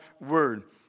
word